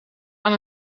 aan